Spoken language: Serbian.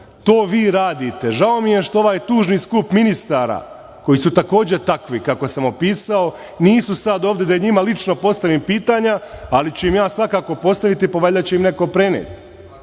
To vi radite. Žao mi je što ovaj tužni skup ministara, koji su takođe takvi kako sam opisao, nisu sada ovde, da i njima lično postavim pitanja, ali ću im ja svakako postaviti, pa valjda će im neko preneti. Pitanje